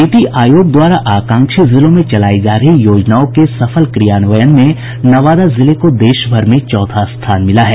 नीति आयोग द्वारा आकांक्षी जिलों में चलायी जा रही योजनाओं के सफल क्रियान्वयन में नवादा जिले को देश भर में चौथा स्थान मिला है